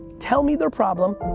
tell me their problem,